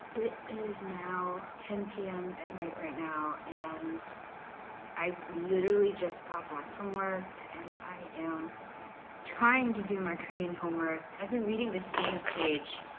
it is now ten p m at and night right now, and i literally just got back from work, and i am trying to do my korean homework. i've been reading the same page